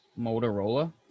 motorola